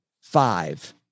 five